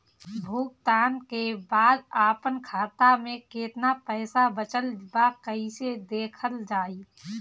भुगतान के बाद आपन खाता में केतना पैसा बचल ब कइसे देखल जाइ?